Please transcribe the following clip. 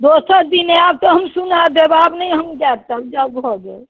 दोसर दिन आयब तऽ हम सुना देब आब नहि हम गायब तायब जाउ भऽ गेल